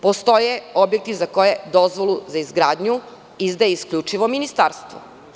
Postoje objekti za koje dozvolu za izgradnju izdaje isključivo ministarstvo.